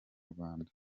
rwanda